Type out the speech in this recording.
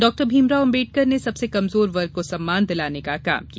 doctor Bhimrao Ambedkar ने सबसे कमजोर वर्ग को सम्मान दिलाने का काम किया